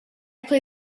play